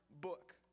book